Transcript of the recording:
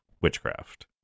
witchcraft